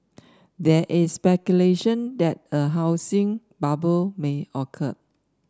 there is speculation that a housing bubble may occur